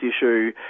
issue